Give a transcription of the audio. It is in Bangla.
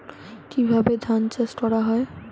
কিভাবে ধান চাষ করা হয়?